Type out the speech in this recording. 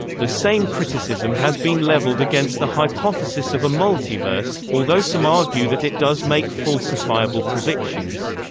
the same criticism has been leveled against the hypothesis of a multiverse, although some argue that it does make falsifiable predictions.